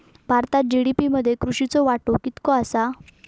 भारतात जी.डी.पी मध्ये कृषीचो वाटो कितको आसा?